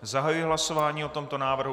Zahajuji hlasování o tomto návrhu.